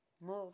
move